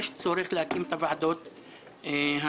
יש צורך להקים את הוועדות הקבועות.